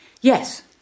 Yes